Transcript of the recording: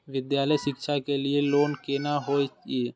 विद्यालय शिक्षा के लिय लोन केना होय ये?